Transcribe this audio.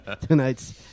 Tonight's